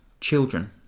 children